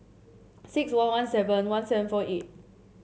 six one one seven one seven four eight